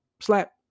Slap